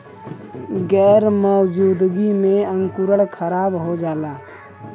गैर मौजूदगी में अंकुरण खराब हो जाला